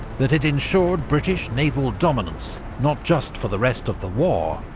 that it ensured british naval dominance not just for the rest of the war,